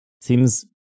seems